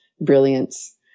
brilliance